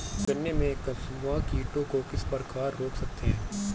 गन्ने में कंसुआ कीटों को किस प्रकार रोक सकते हैं?